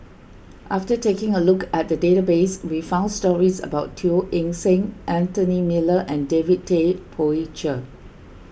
after taking a look at the database we found stories about Teo Eng Seng Anthony Miller and David Tay Poey Cher